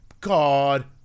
god